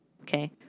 okay